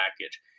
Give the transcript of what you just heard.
package